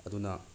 ꯑꯗꯨꯅ